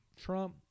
Trump